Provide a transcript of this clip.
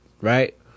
Right